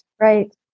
Right